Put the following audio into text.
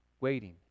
waiting